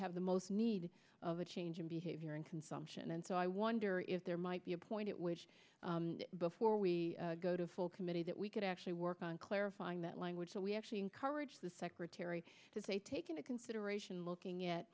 have the most need of a change in behavior in consumption and so i wonder if there might be a point at which before we go to full committee that we could actually work on clarifying that language that we actually encourage the secretary to say take into consideration looking at